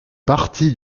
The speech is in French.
partie